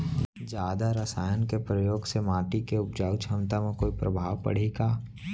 जादा रसायन के प्रयोग से माटी के उपजाऊ क्षमता म कोई प्रभाव पड़ही का?